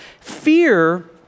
Fear